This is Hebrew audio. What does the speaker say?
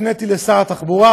הפניתי לשר התחבורה,